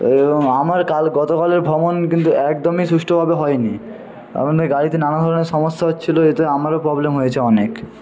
এবং আমার কাল গতকালের ভ্রমণ কিন্তু একদমই সুষ্ঠভাবে হয়নি কারণ ওই গাড়িতে নানা ধরণের সমস্যা হচ্ছিল এটা আমারও প্রবলেম হয়েছে অনেক